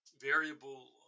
variable